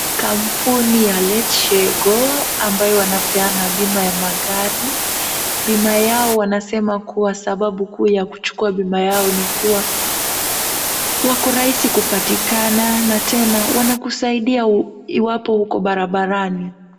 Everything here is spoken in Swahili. Kampuni ya Letshego ambayo wanapeana bima ya magari. Bima yao wanasema kwa sababu kuu ya kuchukua bima yao ni kuwa wako rahisi kupatikana na tena wanakusaidia iwapo uko barabarani.